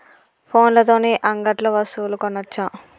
ఫోన్ల తోని అంగట్లో వస్తువులు కొనచ్చా?